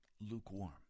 lukewarm